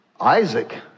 Isaac